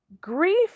Grief